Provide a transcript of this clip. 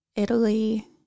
Italy